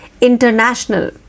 International